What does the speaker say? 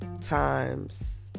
times